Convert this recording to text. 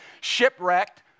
shipwrecked